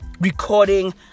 Recording